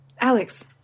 Alex